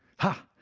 ha!